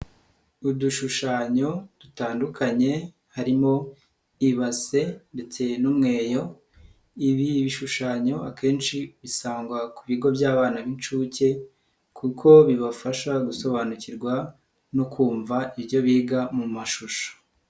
Udushushanyo dutandukanye harimo ibase ndetse n'umweyo ibi bishushanyo akenshi bisangwa ku bigo by'abana b'inshuke kuko bibafasha gusobanukirwa no kumva ibyo biga mu mashusho.